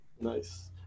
Nice